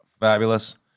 fabulous